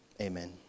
Amen